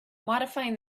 modifying